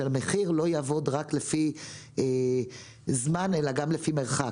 המחיר לא יעבוד רק לפי זמן אלא גם לפי מרחק.